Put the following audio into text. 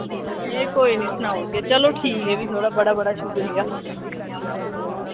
एह् ठीक ऐ सनाई ओड़गे ते एह् थोह्ड़ा बड़ा बड़ा शुक्रिया